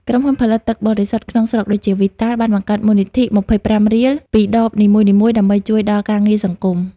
ក្រុមហ៊ុនផលិតទឹកបរិសុទ្ធក្នុងស្រុកដូចជា វីតាល់ (Vital) បានបង្កើតមូលនិធិ ២៥ រៀល ពីដបនីមួយៗដើម្បីជួយដល់ការងារសង្គម។